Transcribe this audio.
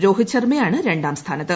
രോഹിത് ശർമ്മയാണ് രണ്ടാം സ്ഥാനത്ത്